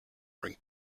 bring